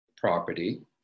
property